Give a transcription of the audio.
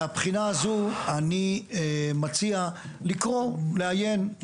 מהבחינה הזו אני מציע לעיין בדוח,